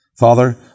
Father